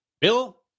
Bill